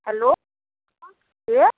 hello के